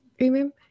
Remember